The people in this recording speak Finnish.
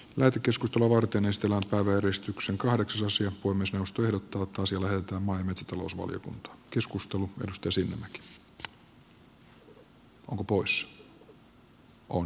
vetykeskustulovartinen selostaa väristyksen kaksosia kuin myös jos työ puhemiesneuvosto ehdottaa että asia lähetetään maa ja metsätalousvaliokuntaan